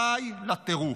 די לטירוף,